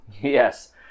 Yes